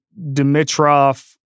Dimitrov